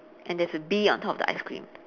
and there's a bee on top of the ice cream